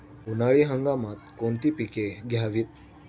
उन्हाळी हंगामात कोणती पिके घ्यावीत?